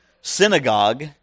synagogue